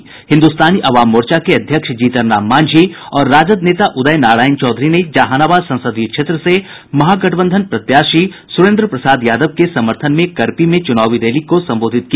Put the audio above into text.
आज हिन्दुस्तानी अवाम मोर्चा के अध्यक्ष जीतन राम मांझी और राजद नेता उदय नारायण चौधरी ने जहानाबाद संसदीय क्षेत्र से महागठबंधन प्रत्याशी सुरेन्द्र प्रसाद यादव के समर्थन में करपी में चुनावी रैली को संबोधित किया